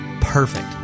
perfect